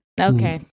Okay